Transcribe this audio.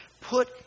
Put